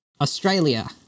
Australia